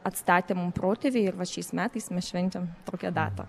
atstatė mum protėviai ir vat šiais metais mes švenčiam tokią datą